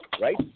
right